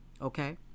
okay